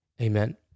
Amen